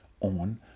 on